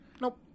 Nope